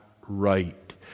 right